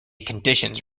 conditions